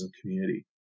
community